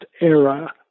era